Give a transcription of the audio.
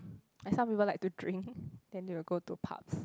like someone like to drink then they will go to pubs